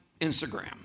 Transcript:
Instagram